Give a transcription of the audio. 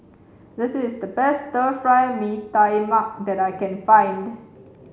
this is the best Fry Mee Tai Mak that I can find